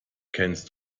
kennst